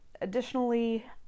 Additionally